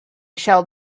shall